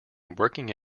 working